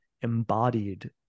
embodied